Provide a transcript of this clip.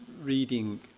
reading